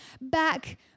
back